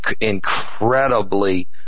incredibly